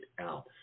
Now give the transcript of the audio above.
out